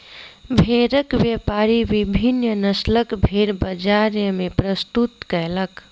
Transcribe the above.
भेड़क व्यापारी विभिन्न नस्लक भेड़ बजार मे प्रस्तुत कयलक